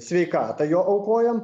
sveikatą jo aukojom